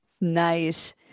nice